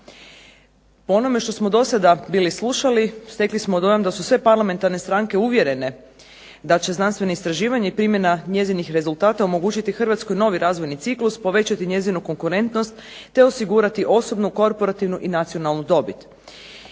Po onome što smo do sada bili slušali, stekli smo dojam da su sve parlamentarne stranke uvjerene da će znanstveno istraživanje i primjena njezinih rezultata omogućiti Hrvatskoj novi razvojni ciklus, povećati njezinu konkurentnost, te osigurati osobnu korporativnu i nacionalnu dobit.